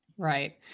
Right